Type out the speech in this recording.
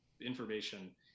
information